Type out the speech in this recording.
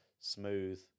Smooth